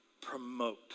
promote